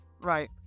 Right